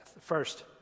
First